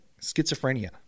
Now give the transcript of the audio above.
schizophrenia